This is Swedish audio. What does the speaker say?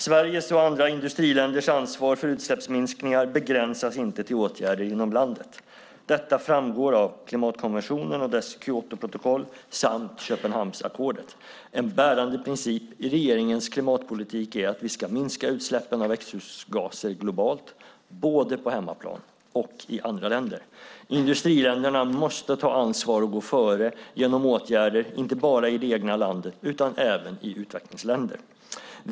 Sveriges och andra industriländers ansvar för utsläppsminskningar begränsas inte till åtgärder inom landet. Detta framgår av klimatkonventionen och dess Kyotoprotokoll samt Köpenhamnsackordet. En bärande princip i regeringens klimatpolitik är att vi ska minska utsläppen av växthusgaser globalt, både på hemmaplan och i andra länder. Industriländerna måste ta ansvar och gå före genom åtgärder inte bara i det egna landet utan även i utvecklingsländer.